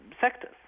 sectors